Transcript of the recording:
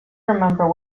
remember